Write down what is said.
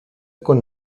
con